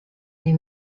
nei